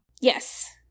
Yes